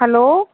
hello